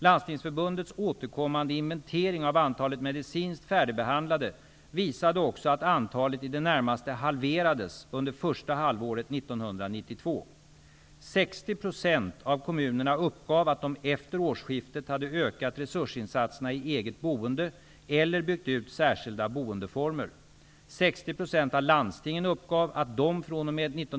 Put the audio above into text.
Landstingsförbundets återkommande inventering av antalet medicinskt färdigbehandlade visade också att antalet i det närmaste halverades under första halvåret 1992. 60 % av kommunerna uppgav att de efter årsskiftet hade ökat resursinsatserna i eget boende eller byggt ut särskilda boendeformer.